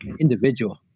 individual